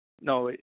No